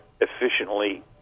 efficiently